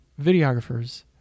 videographers